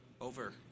Over